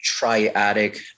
triadic